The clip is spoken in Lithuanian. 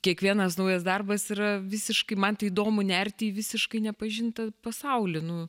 kiekvienas naujas darbas yra visiškai man tai įdomu nerti į visiškai nepažintą pasaulį nu